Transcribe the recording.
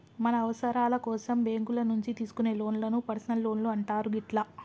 మన అవసరాల కోసం బ్యేంకుల నుంచి తీసుకునే లోన్లను పర్సనల్ లోన్లు అంటారు గిట్లా